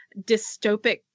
dystopic